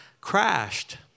crashed